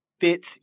fits